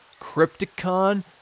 Crypticon